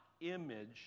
image